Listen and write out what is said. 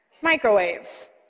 Microwaves